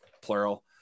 plural